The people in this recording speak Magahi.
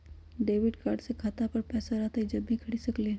डेबिट कार्ड से खाता पर पैसा रहतई जब ही खरीद सकली ह?